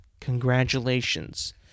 Congratulations